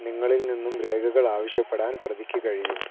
നിങ്ങളിൽ നിന്നും രേഖകളാവശ്യപ്പെടാൻ പ്രതിക്ക് കഴിയും